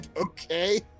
okay